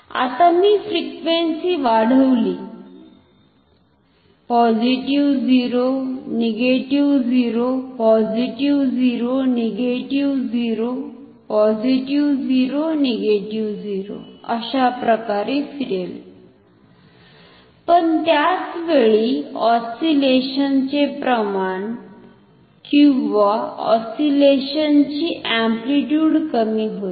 आता मी फ्रिक्वेन्सी वाढवली पॉझिटिव्ह 0 निगेटिव्ह 0पॉझिटिव्ह 0 निगेटिव्ह 0पॉझिटिव्ह 0 निगेटिव्ह 0 अशाप्रकारे फिरेल पण त्याच वेळी ऑस्सिलेशन्स चे प्रमाण किंवा ऑस्सिलेशन्स ची अम्प्लिट्युड कमी होईल